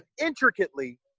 intricately